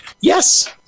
Yes